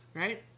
right